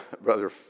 brother